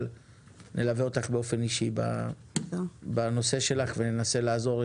אבל נלווה אותך באופן אישי בנושא שלך וננסה לעזור.